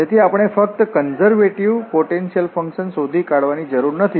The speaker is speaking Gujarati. તેથી આપણે ફક્ત કન્ઝર્વેટિવ પોટેન્શિયલ ફંકશન શોધી કાઢવાની જરૂર નથી